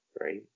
right